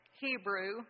Hebrew